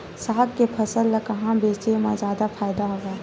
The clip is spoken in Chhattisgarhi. साग के फसल ल कहां बेचे म जादा फ़ायदा हवय?